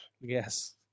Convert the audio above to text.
Yes